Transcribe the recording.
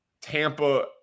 Tampa